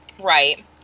Right